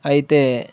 అయితే